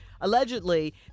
allegedly